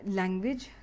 language